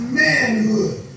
manhood